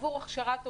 עבור הכשרת עובדים.